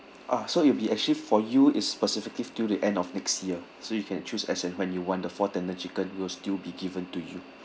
ah so it'll will be actually for you is specifically till the end of next year so you can choose as and when you want the four tender chicken it will still be given to you